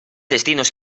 destinos